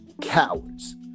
cowards